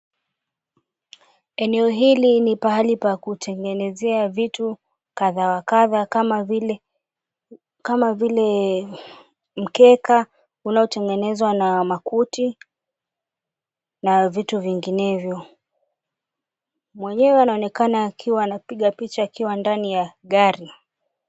Eneo hili ni pahali pa kutengenezea vitu kadha wa kadha kama vile mkeka unaotengenezwa na makuti na vitu vinginevyo. Mwenyewe anaonekana akiwa akipiga picha akiwa ndani ya gari.